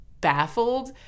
baffled